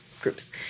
groups